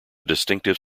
distinctive